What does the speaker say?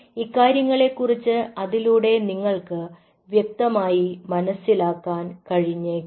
ഇക്കാര്യങ്ങളെക്കുറിച്ച് അതിലൂടെ നിങ്ങൾക്ക് വ്യക്തമായി മനസ്സിലാക്കാൻ കഴിഞ്ഞേക്കും